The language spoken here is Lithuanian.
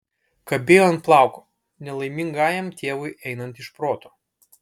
kabėjo ant plauko nelaimingajam tėvui einant iš proto